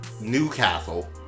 Newcastle